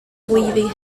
leaving